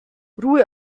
ruhe